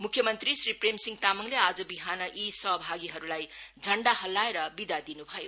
मुख्य मंत्री श्री प्रेम सिहं तामाङले आज विहान यी सहभागीहरुलाई झण्डा हल्लाएर विदा दिनु भयो